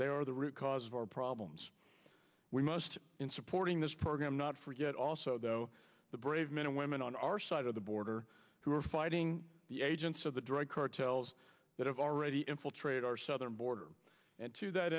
they are the root cause of our problems we must in supporting this program not forget also though the brave men and women on our side of the border who are fighting the agents of the drug cartels that have already infiltrated our southern border and to that